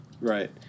Right